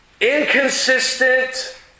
inconsistent